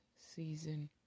season